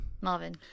Marvin